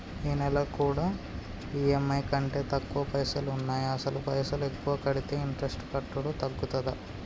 ఈ నెల నా కాడా ఈ.ఎమ్.ఐ కంటే ఎక్కువ పైసల్ ఉన్నాయి అసలు పైసల్ ఎక్కువ కడితే ఇంట్రెస్ట్ కట్టుడు తగ్గుతదా?